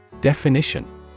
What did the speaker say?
Definition